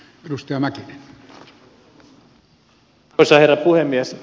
arvoisa herra puhemies